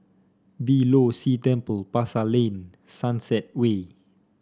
Beeh Low See Temple Pasar Lane Sunset Way